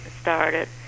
started